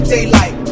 Daylight